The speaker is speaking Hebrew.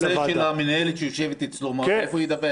והמינהלת שיושבת אצלו איפה הוא ידווח?